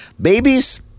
Babies